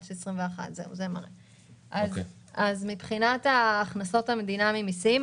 שנת 2021. מבחינת הכנסות המדינה ממסים,